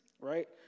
Right